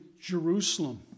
Jerusalem